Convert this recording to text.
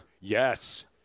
Yes